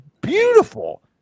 beautiful